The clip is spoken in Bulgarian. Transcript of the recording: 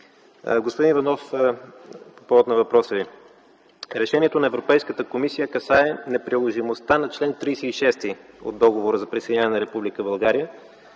Господин Иванов, по повод на въпроса Ви. Решението на Европейската комисия касае неприложимостта на чл. 36 от Договора за присъединяване на